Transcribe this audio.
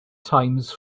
times